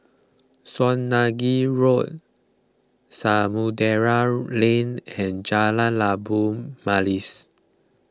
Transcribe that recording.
Swanage Road Samudera Lane and Jalan Labu Manis